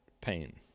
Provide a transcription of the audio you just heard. pain